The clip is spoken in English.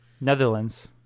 netherlands